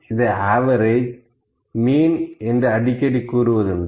இதை average mean average mean என்று அடிக்கடி கூறுவதுண்டு